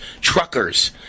Truckers